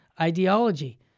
ideology